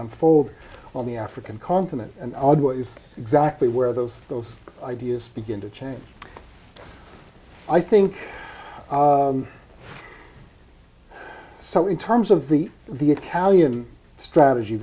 unfold on the african continent and is exactly where those those ideas begin to change i think so in terms of the the italian strategy